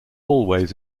always